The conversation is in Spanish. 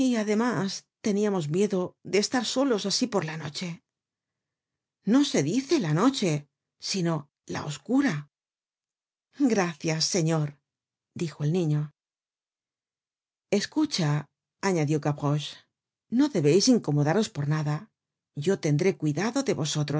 además teníamos miedo de estar solos asi por lá noche no se dice la noche sino la oscura gracias señor dijo el niño escucha añadió gavroche no debeis incomodaros por nada yo tendré cuidado de